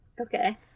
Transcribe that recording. Okay